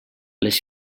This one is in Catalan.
les